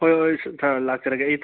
ꯍꯣꯏ ꯍꯣꯏ ꯂꯥꯛꯆꯔꯒꯦ ꯑꯩ